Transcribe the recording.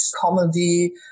comedy